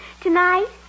tonight